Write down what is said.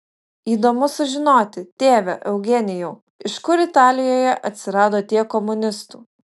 įdomu sužinoti tėve eugenijau iš kur italijoje atsirado tiek komunistų